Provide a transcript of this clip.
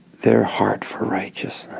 their heart for righteousness